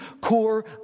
core